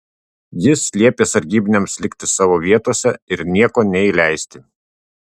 jis liepė sargybiniams likti savo vietose ir nieko neįleisti